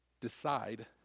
Decide